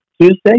Tuesday